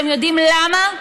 אתם יודעים למה?